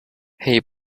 hay